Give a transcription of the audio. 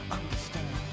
understand